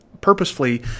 purposefully